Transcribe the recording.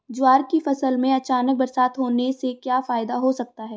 ज्वार की फसल में अचानक बरसात होने से क्या फायदा हो सकता है?